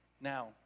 Now